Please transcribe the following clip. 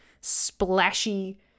splashy